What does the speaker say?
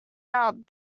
out